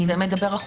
על זה מדבר החוק.